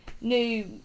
new